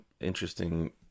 interesting